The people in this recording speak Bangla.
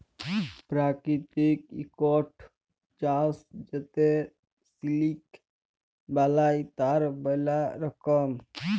পেরাকিতিক ইকট চাস যাতে সিলিক বালাই, তার ম্যালা রকম